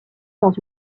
dans